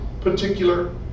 particular